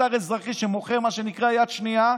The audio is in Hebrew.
אתר אזרחי שמוכר מה שנקרא יד שנייה,